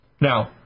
Now